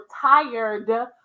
tired